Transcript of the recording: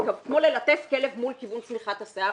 שהתכוונו ללטף כלב מול כיוון צמיחת השיער.